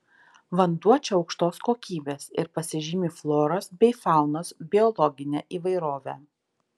vanduo čia aukštos kokybės ir pasižymi floros bei faunos biologine įvairove